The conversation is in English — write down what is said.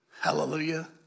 Hallelujah